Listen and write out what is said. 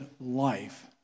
life